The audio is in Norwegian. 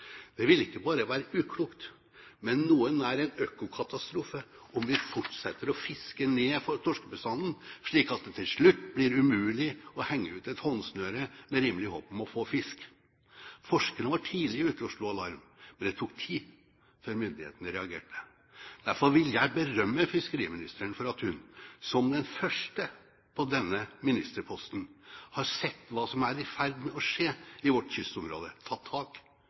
Det ville ikke bare være uklokt, men noe nær en økokatastrofe om vi fortsetter å fiske ned torskebestanden, slik at det til slutt blir umulig å henge ut et håndsnøre med rimelig håp om å få fisk. Forskerne var tidlig ute og slo alarm, men det tok tid før myndighetene reagerte. Derfor vil jeg berømme fiskeriministeren for at hun som den første i den ministerposten har sett hva som er i ferd med å skje i vårt kystområde, har tatt tak